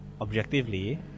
objectively